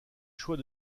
choix